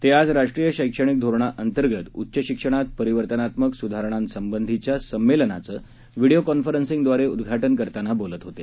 ते आज राष्ट्रीय शैक्षणिक धोरणाअंतर्गत उच्च शिक्षणात परिवर्तनात्मक सुधारणांसंबंधीच्या संमेलनाचं व्हीडीओ कॉन्फरन्सिंगद्वारे उद्घाटन करताना बोलत होते